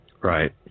Right